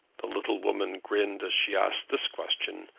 the little woman grinned as she asked this question,